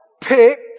picked